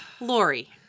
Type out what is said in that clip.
Lori